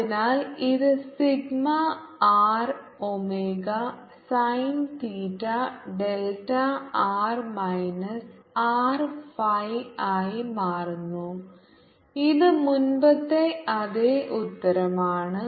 അതിനാൽ ഇത് sigma R omega sine theta delta R minus R phi ആയി മാറുന്നു ഇത് മുമ്പത്തെ അതേ ഉത്തരമാണ്